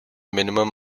minimum